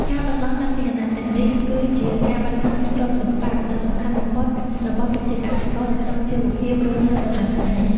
ការបាត់បង់សត្វពាហនៈទាំងនេះ គឺជាការបាត់បង់ទ្រព្យសម្បត្តិដ៏សំខាន់បំផុតរបស់ប្រជាកសិករនៅក្នុងជីវភាពរស់នៅប្រចាំថ្ងៃ។